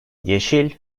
yeşil